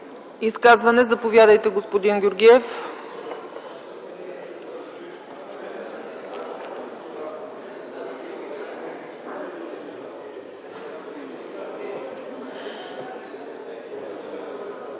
Изказване – заповядайте, господин Георгиев.